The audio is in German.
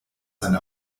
seine